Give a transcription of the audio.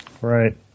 Right